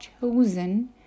chosen